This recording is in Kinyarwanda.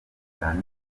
cyane